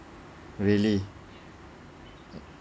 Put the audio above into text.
really